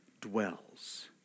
dwells